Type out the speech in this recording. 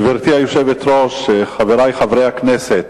גברתי היושבת-ראש, חברי חברי הכנסת,